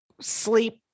sleep